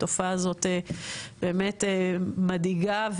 התופעה הזאת באמת מדאיגה,